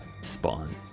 spawn